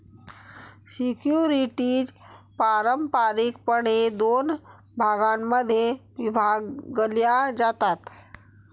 securities पारंपारिकपणे दोन भागांमध्ये विभागल्या जातात